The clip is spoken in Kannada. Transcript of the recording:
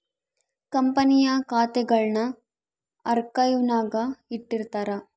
ಕಂಪನಿಯ ಖಾತೆಗುಳ್ನ ಆರ್ಕೈವ್ನಾಗ ಇಟ್ಟಿರ್ತಾರ